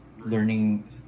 learning